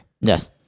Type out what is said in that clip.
Yes